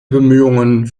bemühungen